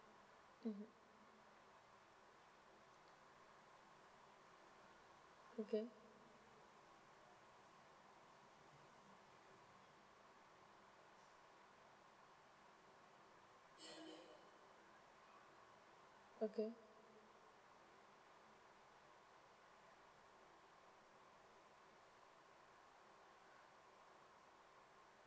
mmhmm okay okay